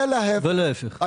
ולהיפך.